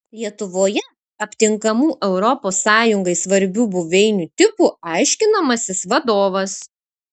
lietuvoje aptinkamų europos sąjungai svarbių buveinių tipų aiškinamasis vadovas